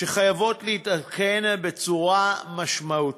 שחייבות להתעדכן בצורה משמעותית.